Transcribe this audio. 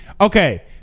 Okay